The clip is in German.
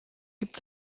gibt